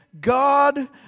God